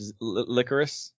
Licorice